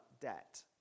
debt